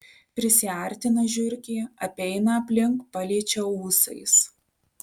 prisiartina žiurkė apeina aplink paliečia ūsais